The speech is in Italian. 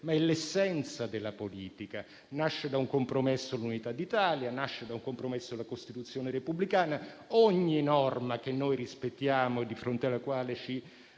ma è l'essenza della politica: nasce da un compromesso l'Unità d'Italia, nasce da un compromesso la Costituzione repubblicana; ogni norma che rispettiamo e di fronte alla quale ci